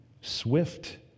swift